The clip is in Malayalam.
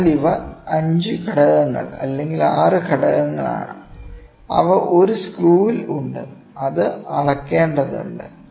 അതിനാൽ ഇവ 5 ഘടകങ്ങൾ അല്ലെങ്കിൽ 6 ഘടകങ്ങളാണ് അവ ഒരു സ്ക്രൂവിൽ ഉണ്ട് അത് അളക്കേണ്ടതുണ്ട്